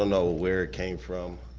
ah know ah where it came from,